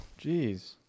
jeez